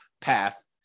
path